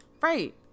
Right